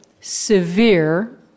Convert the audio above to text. severe